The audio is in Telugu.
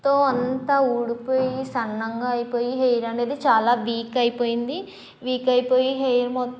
త్తం అంత ఊడిపోయి సన్నగా అయిపోయాయి హెయిర్ అనేది చాలా వీక్ అయిపోయింది వీక్ అయిపోయి హెయిర్ మొ